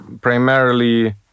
primarily